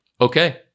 okay